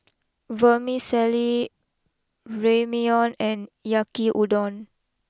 Vermicelli Ramyeon and Yaki Udon